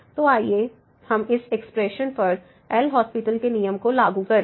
तो आइए हम इस एक्सप्रेशन पर एल हास्पिटल LHospital के नियम को लागू करें